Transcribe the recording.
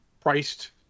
priced